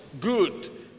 Good